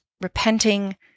repenting